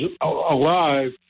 alive